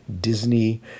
Disney